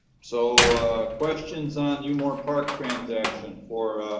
so questions on yeah umore park transaction for